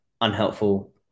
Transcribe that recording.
unhelpful